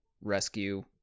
rescue